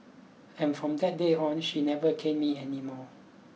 and from that day on she never caned me anymore